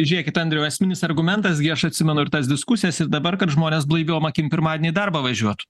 žiūrėkit andriau esminis argumentas gi aš atsimenu ir tas diskusijas ir dabar kad žmonės blaiviom akim pirmadienį į darbą važiuotų